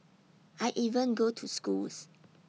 I even go to schools